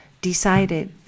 decided